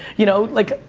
you know, like,